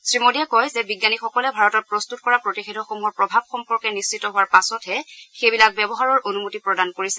শ্ৰীমোদীয়ে কয় যে বিজ্ঞানীসকলে ভাৰতত প্ৰস্তুত কৰা প্ৰতিষেধকসমূহৰ প্ৰভাৱ সম্পৰ্কে নিশ্চিত হোৱাৰ পাছতহে সেইবিলাক ব্যৱহাৰৰ অনুমতি প্ৰদান কৰিছে